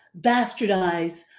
bastardize